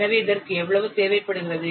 எனவே இதற்கு எவ்வளவு தேவைப்படுகிறது